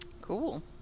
Cool